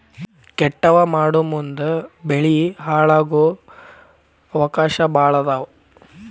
ಕಟಾವ ಮಾಡುಮುಂದ ಬೆಳಿ ಹಾಳಾಗು ಅವಕಾಶಾ ಭಾಳ ಅದಾವ